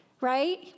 right